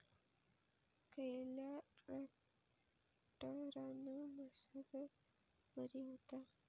खयल्या ट्रॅक्टरान मशागत बरी होता?